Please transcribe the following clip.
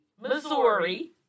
Missouri